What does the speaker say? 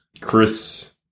Chris